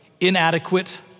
inadequate